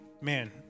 man